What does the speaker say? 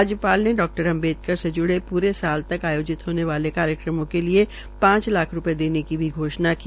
राज्यपाल ने डॉ अम्बेडकर से ज्ड़े प्ररे साल तक आयोजित होने वाले कार्यक्रमों के लिए पांच लाख रूपये देने की घोषणा की